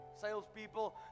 salespeople